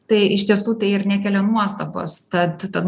tai iš tiesų tai ir nekelia nuostabos tad tad